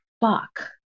fuck